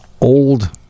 old